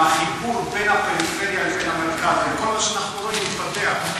וגם החיבור בין הפריפריה למרכז וכל מה שאנחנו רואים יתפתח.